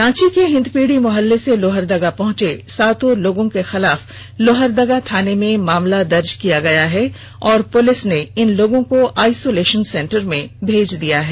रांची के हिंदपीढ़ी मौहल्ले से लोहरदगा पहुंचे सातों लोगों के खिलाफ लोहरदगा थाने में मामला दर्ज किया गया है और पुलिस ने इन लोगों को आइसोलेषन सेंटर में भेज दिया है